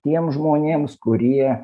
tiems žmonėms kurie